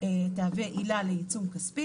תהווה עילה לעיצום כספי.